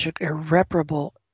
Irreparable